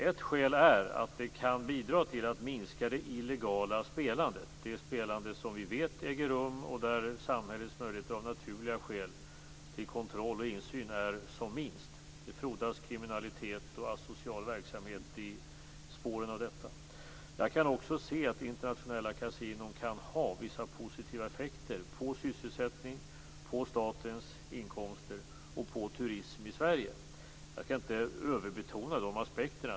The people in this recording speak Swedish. Ett skäl är att det kan bidra till att minska det illegala spelandet, dvs. det spelande som vi vet äger rum och där samhällets möjligheter av naturliga skäl till kontroll och insyn är som minst. Det frodas kriminalitet och asocial verksamhet i spåren av detta. Jag kan också se att internationella kasinon kan ha vissa positiva effekter på sysselsättning, på statens inkomster och på turism i Sverige. Jag kan inte överbetona de aspekterna.